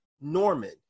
Norman